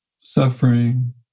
suffering